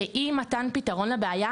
שאי מתן פתרון לבעיה,